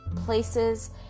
places